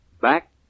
back